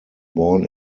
born